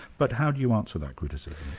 but how do you answer that criticism?